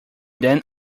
then